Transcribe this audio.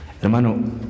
Hermano